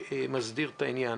שמסדיר את העניין.